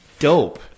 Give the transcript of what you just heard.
dope